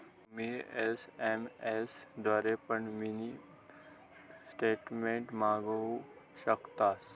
तुम्ही एस.एम.एस द्वारे पण मिनी स्टेटमेंट मागवु शकतास